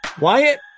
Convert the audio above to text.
Wyatt